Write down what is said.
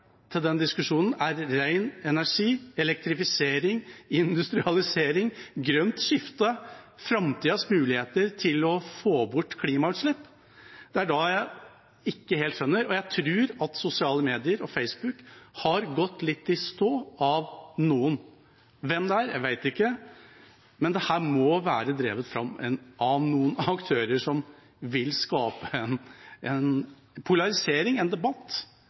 til den diskusjonen er ren energi, elektrifisering, industrialisering, grønt skifte – framtidas muligheter for å få bort klimagassutslipp. Det er det jeg ikke helt skjønner. Jeg tror at sosiale medier og Facebook har gått litt i stå på grunn av noen aktører – hvem det er, vet jeg ikke, men dette må være drevet fram av noen aktører som vil skape polarisering og en debatt